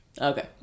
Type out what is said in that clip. okay